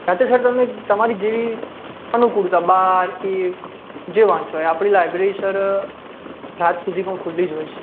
રાતે સર તમે તમારી જેવી અનુકૂળતા બાર એક જે વાંચો એ આપણી લાયબ્રેરી સર રાત સુધી પણ ખુલ્લી જ હોય છે